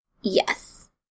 Yes